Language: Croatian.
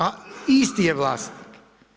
A isti je vlasnik.